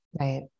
Right